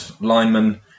linemen